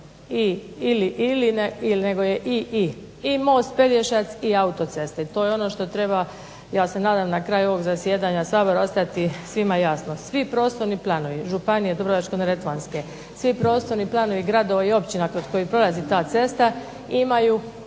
i, ili, ili, nego je i i, i most Pelješac i autoceste, to je ono što treba ja se nadam na kraju ovog zasjedanja Sabora ostati svima jasno. Svi prostorni planovi Županije dubrovačko-neretvanske, svi prostorni planovi gradova i općina kroz koje prolazi ta cesta imaju